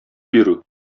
бирү